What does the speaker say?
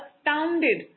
astounded